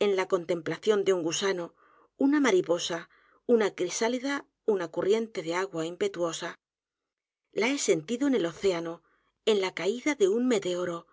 en la contemplación de un gusano una mariposa una crisálida una corriente de agua impetuosa la he sentido en el océano en la caída de un meteoro